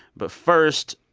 but first,